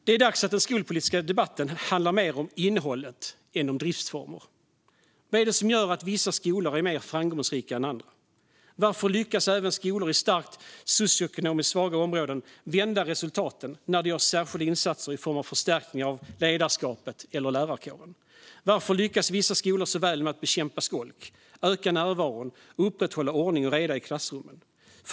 Det är dags att den skolpolitiska debatten handlar mer om innehållet än om driftsformer. Vad är det som gör att vissa skolor är mer framgångsrika än andra? Varför lyckas även skolor i socioekonomiskt mycket svaga områden vända resultaten när det görs särskilda insatser i form av förstärkningar av ledarskapet eller lärarkåren? Varför lyckas vissa skolor så väl med att bekämpa skolk, öka närvaron och upprätthålla ordning och reda i klassrummen?